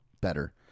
better